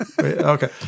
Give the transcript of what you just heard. Okay